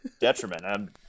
detriment